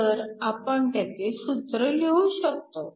तर आपण त्याचे सूत्र लिहू शकतो